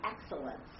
excellence